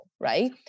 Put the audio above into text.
right